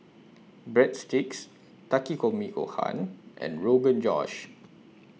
Breadsticks Takikomi Gohan and Rogan Josh